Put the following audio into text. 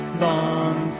long